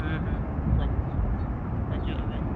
ᱦᱩᱸ ᱦᱩᱸ ᱦᱤᱡᱩᱜ ᱟᱵᱮᱱ